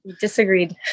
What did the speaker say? disagreed